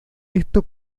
esto